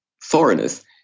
foreigners